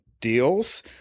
deals